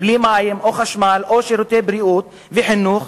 בלי מים או חשמל או שירותי בריאות וחינוך,